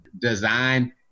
design